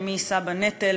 מי יישא בנטל?